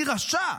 אני רשע.